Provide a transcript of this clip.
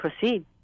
proceed